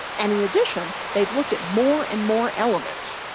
and in addition they've looked at more and more elements,